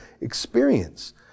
experience